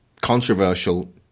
controversial